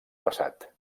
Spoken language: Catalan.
passat